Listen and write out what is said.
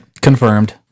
Confirmed